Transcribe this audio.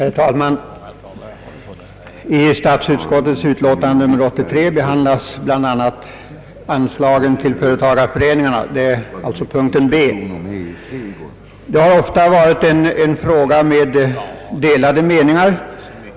Herr talman! I statsutskottets utlåtande nr 83 behandlas bl.a. anslagen till företagareföreningarna. Det har ofta varit en fråga med delade meningar.